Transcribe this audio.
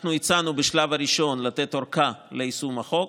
אנחנו הצבענו בשלב הראשון לתת ארכה ליישום החוק,